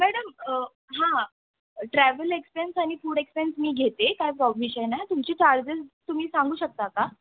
madam हां travel expense आणि food expense मी घेते काय परमिशनाय तुमचे चार्जेस तुम्ही सांगू शकता का